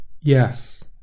yes